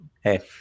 Hey